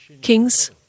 kings